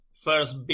First